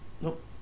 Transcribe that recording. Nope